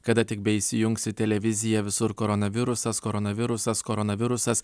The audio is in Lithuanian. kada tik beįsijungsi televiziją visur koronavirusas koronavirusas koronavirusas